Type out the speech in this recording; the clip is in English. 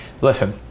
listen